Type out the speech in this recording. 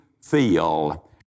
feel